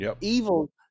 Evil